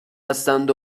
هستند